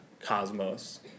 cosmos